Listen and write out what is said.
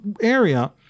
area